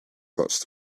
post